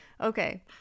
Okay